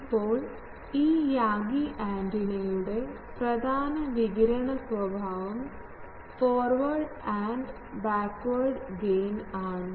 ഇപ്പോൾ ഈ യാഗി ആന്റിനയുടെ പ്രധാന വികിരണ സ്വഭാവം ഫോർവേർഡ് ആൻഡ് ബാക്ക്വേർഡ് ഗെയിൻ ആണ്